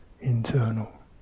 internal